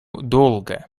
долго